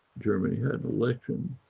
germany had an election,